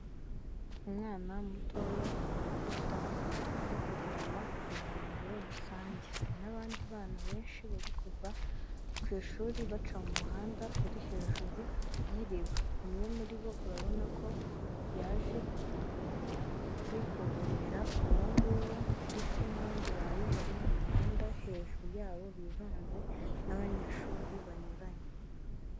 Umwana mutoya ufite akabido, ari kuvoma ku ivomero rusange. Hari n'abandi bana benshi bari kuva ku ishuri baca mu muhanda uri hejuru y'iriba. Umwe muri bo urabona ko yaje ari kuvomera uwo nguwo, ndetse n'abandi bantu bari mu muhanda, hejuru yabo bivanze n'abanyeshuri banyuranye.